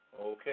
Okay